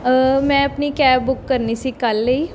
ਮੈਂ ਆਪਣੀ cab book ਕਰਨੀ ਸੀ ਕੱਲ੍ਹ ਲਈ